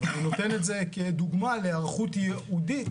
אני נותן את זה כדוגמה להיערכות ייעודית